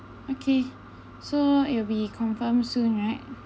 okay so it will be confirm soon right